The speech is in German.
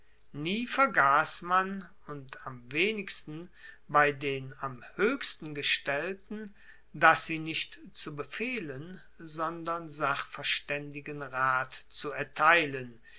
nie vergass man und am wenigsten bei den am hoechsten gestellten dass sie nicht zu befehlen sondern sachverstaendigen rat zu erteilen